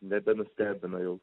nebenustebino jau